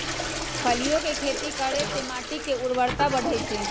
फलियों के खेती करे से माटी के ऊर्वरता बढ़ई छई